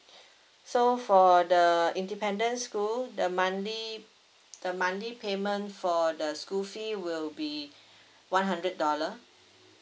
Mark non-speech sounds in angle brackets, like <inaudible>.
<breath> so for the independent school the monthly the monthly payment for the school fee will be <breath> one hundred dollar